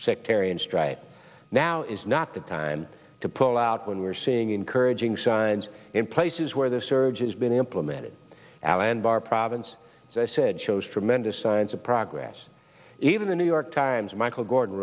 sectarian strife now is not the time to pull out when we're seeing encouraging signs in places where the surge has been implemented allen barr province as i said shows tremendous signs of progress even the new york times michael gordon